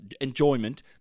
enjoyment